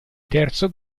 terzo